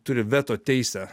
turi veto teisę